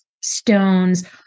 stones